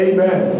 Amen